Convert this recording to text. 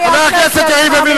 חבר הכנסת יריב לוין,